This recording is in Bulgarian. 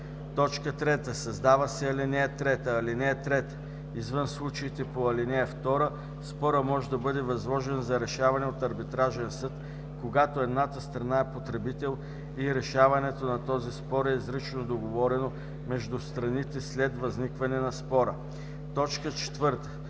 3. Създава се ал. 3: „(3) Извън случаите по ал. 2 спорът може да бъде възложен за решаване от арбитражен съд, когато едната страна е потребител и решаването от този съд е изрично договорено между страните след възникването на спора.“ 4.